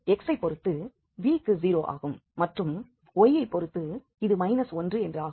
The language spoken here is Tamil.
x ஐப் பொறுத்து v க்கு 0 ஆகும் மற்றும் y ஐப் பொறுத்து இது 1 என்று ஆகும்